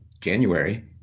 January